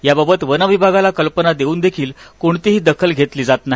याबाबत वन विभागाला कल्पना देऊन देखील कोणतीही दखल घेतली जात नाही